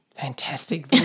fantastic